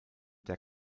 der